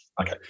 Okay